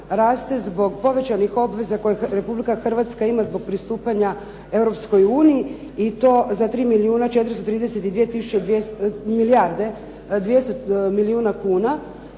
raste zbog povećanih obveza koje Republika Hrvatska ima zbog pristupanja Europskoj uniji i to za 3 milijuna 432 tisuće, milijarde, 200 milijuna kuna